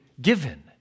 given